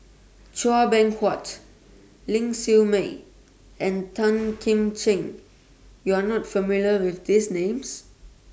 Chua Beng Huat Ling Siew May and Tan Kim Ching YOU Are not familiar with These Names